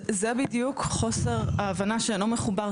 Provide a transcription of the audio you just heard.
זה בדיוק חוסר ההבנה שאינו מחובר,